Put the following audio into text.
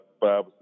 five